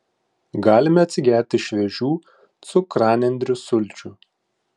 galime atsigerti šviežių cukranendrių sulčių